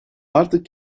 artık